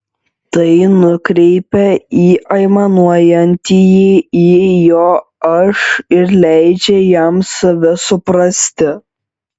tai nukreipia aimanuojantįjį į jo aš ir leidžia jam save suprasti